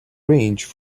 range